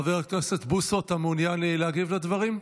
חבר הכנסת בוסו, אתה מעוניין להגיב על הדברים?